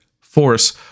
force